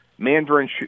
Mandarin